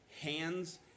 hands